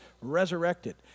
resurrected